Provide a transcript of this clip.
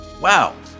Wow